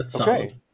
Okay